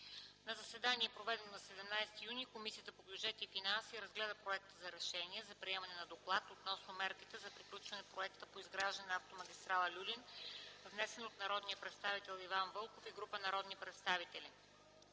На заседание, проведено на 17 юни 2010 г., Комисията по бюджет и финанси разгледа Проекта за решение за приемане на Доклад относно мерките за приключване на Проекта по изграждане на Автомагистрала „Люлин”, внесен от народния представител Иван Вълков и група народни представители.